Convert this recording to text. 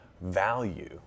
value